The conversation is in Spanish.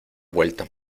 vuelta